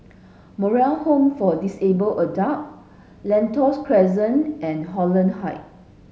Moral Home for Disabled Adult Lentor Crescent and Holland Height